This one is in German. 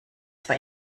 zwar